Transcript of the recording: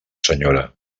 senyora